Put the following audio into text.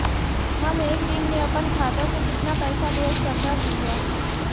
हम एक दिन में अपन खाता से कितना पैसा भेज सक हिय?